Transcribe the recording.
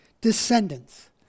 descendants